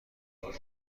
گوش